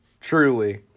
truly